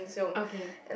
okay